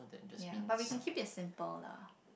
ya but we can keep it simply lah